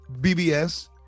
BBS